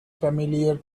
familiar